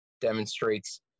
demonstrates